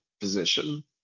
position